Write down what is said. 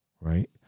Right